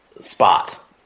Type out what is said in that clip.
spot